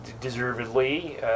Deservedly